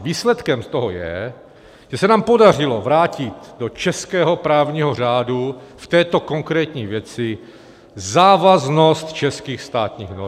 Výsledkem toho je, že se nám podařilo vrátit do českého právního řádu v této konkrétní věci závaznost českých státních norem.